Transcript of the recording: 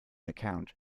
account